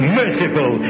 merciful